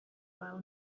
while